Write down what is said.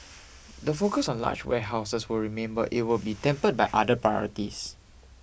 the focus on large warehouses will remain but it will be tempered by other priorities